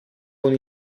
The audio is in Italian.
con